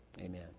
amen